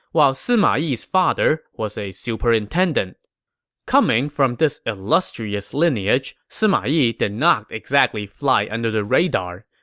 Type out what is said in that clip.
while sima yi's father was a superintendent coming from this illustrious lineage, sima yi did not exactly fly under the radar.